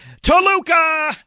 Toluca